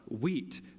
wheat